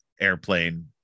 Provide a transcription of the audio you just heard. airplane